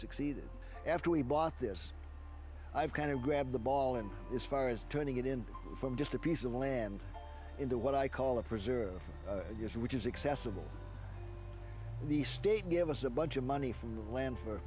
succeeded after we bought this i've kind of grabbed the ball and as far as turning it in from just a piece of land into what i call a preserve which is accessible the state give us a bunch of money from the land for